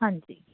ਹਾਂਜੀ